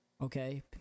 Okay